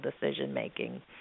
decision-making